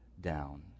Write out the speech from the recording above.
down